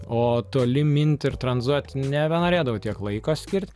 o toli minti ir tranzuot nebenorėdavau tiek laiko skirt